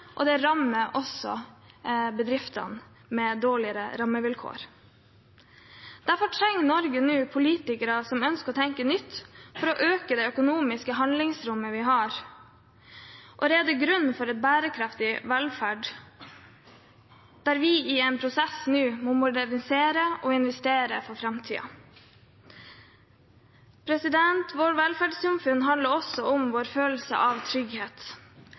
og det rammer også bedriftene, med dårligere rammevilkår. Derfor trenger Norge nå politikere som ønsker å tenke nytt for å øke det økonomiske handlingsrommet vi har, og berede grunnen for en bærekraftig velferd. Vi er i en prosess nå der vi må modernisere og investere for framtiden. Vårt velferdssamfunn handler også om vår følelse av trygghet